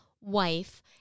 wife